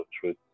truth